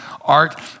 art